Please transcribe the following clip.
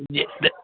जी